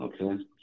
okay